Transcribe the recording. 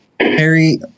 Harry